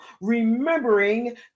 remembering